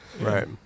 right